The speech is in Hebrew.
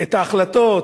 את ההחלטות,